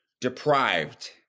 deprived